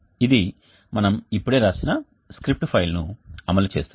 ఇది మనం ఇప్పుడే వ్రాసిన స్క్రిప్ట్ ఫైల్ను అమలు చేస్తుంది